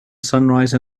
sunrise